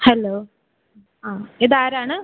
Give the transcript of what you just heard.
hello ആ ഇതാരാണ്